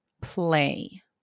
play